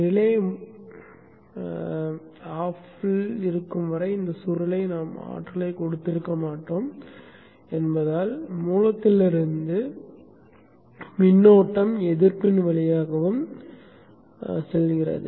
relay முடக்கப்பட்டிருக்கும் வரை இந்தச் சுருளை நாம் ஆற்றலை கொடுத்திருக்க மாட்டோம் என்பதால் மூலத்திலிருந்து மின்னோட்டம் எதிர்ப்பின் வழியாகவும் பின்வழியாகவும் செல்கிறது